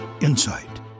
insight